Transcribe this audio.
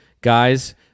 guys